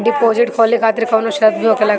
Deposit खोले खातिर कौनो शर्त भी होखेला का?